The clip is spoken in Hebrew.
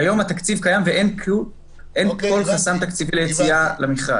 כיום התקציב קיים ואין כל חסם תקציבי ליציאה למכרז.